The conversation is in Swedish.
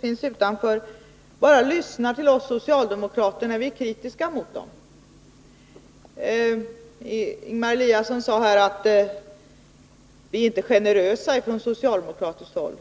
finns utanför — bara lyssnar till oss socialdemokrater när vi är kritiska mot dem. Ingemar Eliasson sade här att vi inte är generösa från socialdemokratiskt håll.